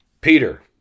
Peter